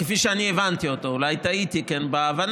כפי שאני הבנתי אותו, אולי טעיתי בהבנה,